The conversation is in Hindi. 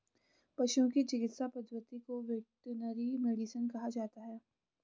पशुओं की चिकित्सा पद्धति को वेटरनरी मेडिसिन कहा जाता है